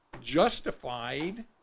justified